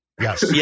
Yes